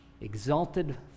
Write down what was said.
exalted